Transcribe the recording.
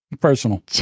personal